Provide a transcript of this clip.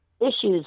issues